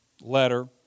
letter